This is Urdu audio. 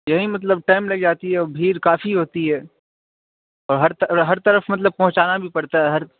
یہی مطلب ٹائم لگ جاتی ہے اور بھیڑ کافی ہوتی ہے اور ہر ہر طرف مطلب پہنچانا بھی پڑتا ہے ہر